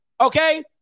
Okay